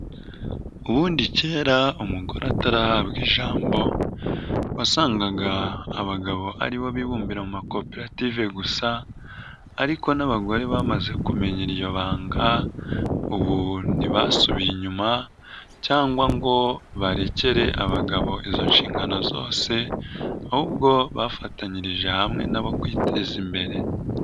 Ubundi kera umugore atarahabwa ijambo, wasangaga abagabo aribo bibumbira mu makoperative gusa ariko n'abagore bamaze kumenya iryo banga, ubu ntibasubiye inyuma cyangwa ngo barekere abagabo izo nshingano zose, ahubwo bafatanyirije hamwe nabo kwiteza imbere.